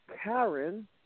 Karen